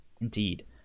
Indeed